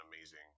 amazing